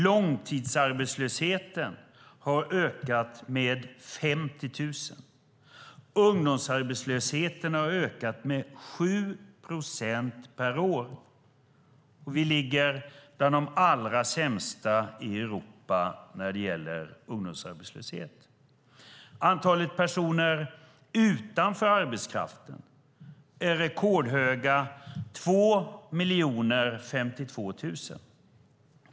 Långtidsarbetslösheten har ökat med 50 000 personer. Ungdomsarbetslösheten har ökat med 7 procent per år. Vi ligger bland de allra sämsta i Europa när det gäller ungdomsarbetslöshet. Antalet personer utanför arbetskraften är rekordhögt och ligger på 2 052 000.